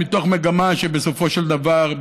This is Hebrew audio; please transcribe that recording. מתוך מגמה שבסופו של דבר,